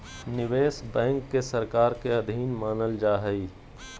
निवेश बैंक के सरकार के अधीन मानल जा हइ